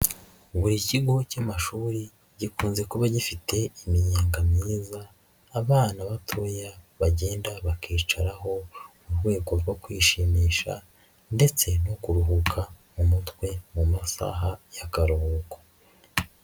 Buri kigo cy'amashuri gikunze kuba gifite iminyenga myiza abana batoya bagenda bakicaraho mu rwego rwo kwishimisha ndetse no kuruhuka mu mutwe mu masaha y'akaruhuko.